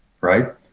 right